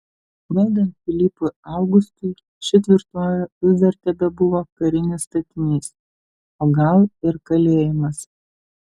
valdant pilypui augustui ši tvirtovė vis dar tebebuvo karinis statinys o gal ir kalėjimas